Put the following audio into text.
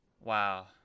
wow